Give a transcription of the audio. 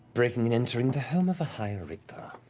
breaking and entering the home of a high-richter.